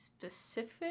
specific